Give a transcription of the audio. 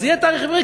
אז יהיה תאריך עברי,